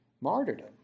martyrdom